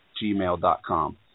gmail.com